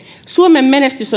suomen menestys